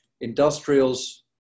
industrials